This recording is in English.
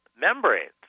membranes